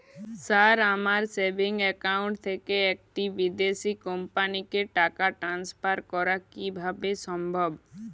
Sir আমার savings account থেকে একটি বিদেশি কোম্পানিকে টাকা ট্রান্সফার করা কীভাবে সম্ভব?